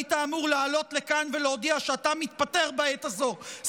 אתה היית אמור לעלות לכאן ולהודיע שאתה מתפטר בעת הזאת,